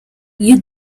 you